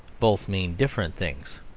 both mean different things.